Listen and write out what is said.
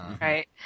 Right